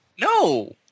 No